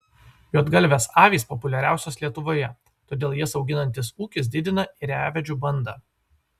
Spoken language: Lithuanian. juodgalvės avys populiariausios lietuvoje todėl jas auginantis ūkis didina ėriavedžių bandą